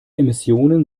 emissionen